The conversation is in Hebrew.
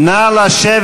לדבר.